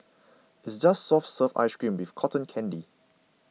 it's just soft serve ice cream with cotton candy